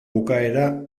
bukaera